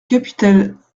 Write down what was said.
capitaine